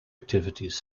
activities